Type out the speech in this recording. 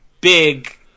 big